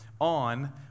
on